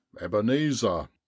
Ebenezer